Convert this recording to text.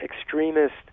extremist